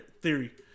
theory